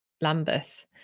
Lambeth